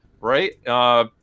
right